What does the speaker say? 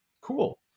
cool